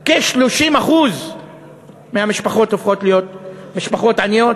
כ-30% מהמשפחות הופכות להיות משפחות עניות.